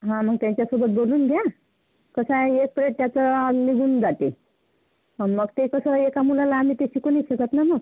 हा मग त्यांच्यासोबत बोलून घ्या कसा आहे एक पिरेड त्याचा निघून जाते हो मग ते कसं आहे एका मुलाला आम्ही ते शिकवू नाही शकत ना मग